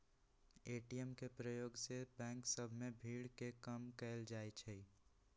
ATM के प्रयोग से बैंक सभ में भीड़ के कम कएल जाइ छै